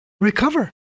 recover